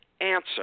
answer